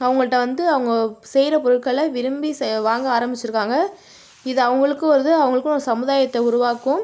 அவங்கள்கிட்ட வந்து அவங்க செய்கிற பொருட்களை விரும்பி வாங்க ஆரம்பித்திருக்காங்க இது அவங்களுக்கும் வருது அவங்களுக்கும் சமுதாயத்த உருவாக்கும்